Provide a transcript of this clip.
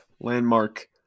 landmark